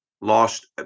lost